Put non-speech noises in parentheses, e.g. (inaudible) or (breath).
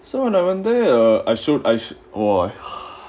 so when I went there I showed I show~ ohh (breath)